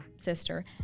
sister